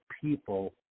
people